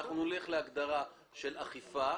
נלך להגדרה של "אכיפה"